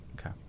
okay